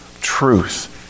truth